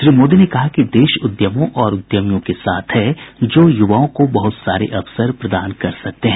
श्री मोदी ने कहा कि देश उद्यमों और उद्यमियों के साथ है जो युवाओं को बहुत सारे अवसर प्रदान कर सकते हैं